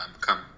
come